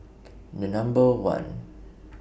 The Number one